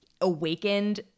awakened